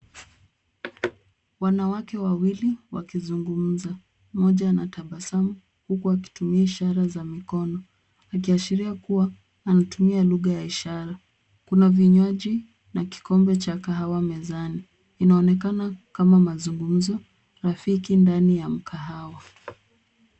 Wanawake wawili wakizungumza. Mmoja anatabasamu huku akitumia ishara za mikono. Akiashiria kuwa anatumia lugha ya ishara. Kuna vinywaji na kikombe cha kahawa mezani. Inaonekana kama mazungumzo rafiki ndani ya mkahawa.